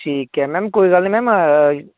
ਠੀਕ ਹੈ ਮੈਮ ਕੋਈ ਗੱਲ ਨਹੀਂ ਮੈਮ